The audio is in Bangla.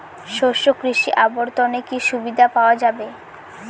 শস্য কৃষি অবর্তনে কি সুবিধা পাওয়া যাবে?